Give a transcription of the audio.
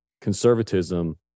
conservatism